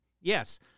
yes